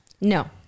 no